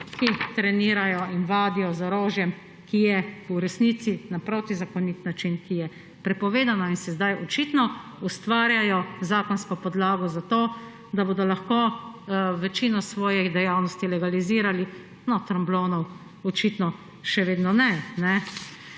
ki trenirajo in vadijo z orožjem, v resnici na protizakonit način, z orožjem, ki je prepovedano in si sedaj očitno ustvarjajo zakonsko podlago za to, da bodo lahko večino svojih dejavnosti legalizirali. No, tromblonov očitno še vedno ne.